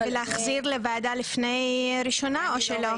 אבל --- להחזיר לוועדה לפני קריאה ראשונה או שלא?